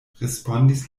respondis